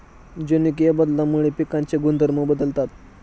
जनुकीय बदलामुळे पिकांचे गुणधर्म बदलतात